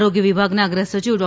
આરોગ્ય વિભાગના અગ્ર સચિવ ડૉ